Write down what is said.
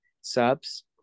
subs